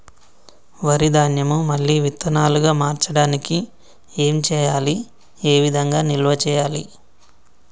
వరి ధాన్యము మళ్ళీ విత్తనాలు గా మార్చడానికి ఏం చేయాలి ఏ విధంగా నిల్వ చేయాలి?